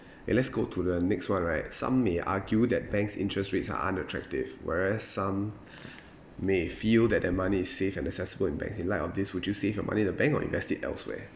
eh let's go to the next one right some may argue that banks interest rates are unattractive whereas some may feel that their money is safe and accessible in banks in light of this would you save your money in the bank or invest it elsewhere